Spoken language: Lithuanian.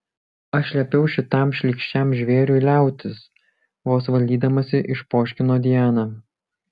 aš liepiau šitam šlykščiam žvėriui liautis vos valdydamasi išpoškino diana